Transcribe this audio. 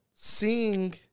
seeing